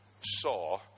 saw